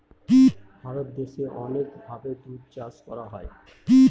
ভারত দেশে অনেক ভাবে দুধ চাষ করা হয়